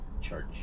church